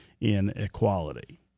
inequality